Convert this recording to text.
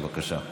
בבקשה.